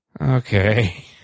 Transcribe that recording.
okay